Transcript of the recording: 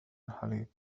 الحليب